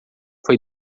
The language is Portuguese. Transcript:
foi